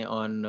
on